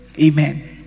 Amen